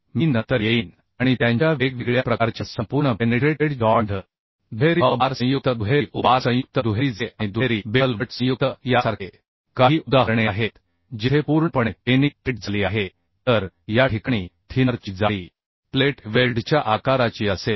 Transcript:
मी नंतर येईन आणि त्यांच्या वेगवेगळ्या प्रकारच्या संपूर्ण पेनिट्रेटेड जॉइंट दुहेरी V बार संयुक्त दुहेरी U बार संयुक्त दुहेरी जे आणि दुहेरी बेव्हल बट संयुक्त यासारखे काही उदाहरणे आहेत जिथे पूर्णपणे पेनी ट्रेट झाली आहे तर या ठिकाणी थिनर ची जाडी प्लेट वेल्डच्या आकाराची असेल